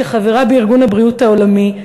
שחברה בארגון הבריאות העולמי,